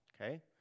okay